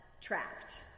trapped